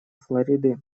флориды